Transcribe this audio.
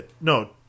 No